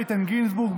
איתן גינזבורג,